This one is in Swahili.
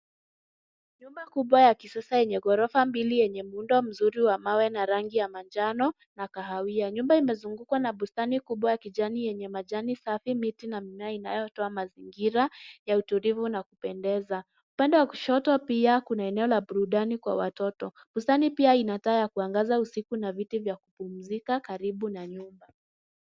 Nyumba kubwa ya kisasa yenye ghorofa mbili yenye muundo mzuri wa mawe na rangi ya manjano, na kahawia. Nyumba imezungukwa na bustani kubwa ya kijani, yenye majani safi, miti na mimea, inayotoa mazingira ya utulivu na kupendeza. Upande wa kushoto pia, kuna eneo la burudani kwa watoto. Bustani pia ina taa ya kuangaza usiku na viti vya kupumzika karibu na nyumba.